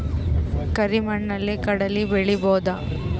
ಕರಿ ಮಣ್ಣಲಿ ಕಡಲಿ ಬೆಳಿ ಬೋದ?